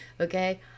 okay